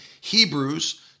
Hebrews